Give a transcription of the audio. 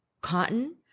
cotton